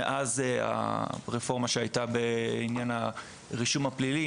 מאז הרפורמה שהייתה בעניין הרישום הפלילי,